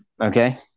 Okay